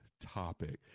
topic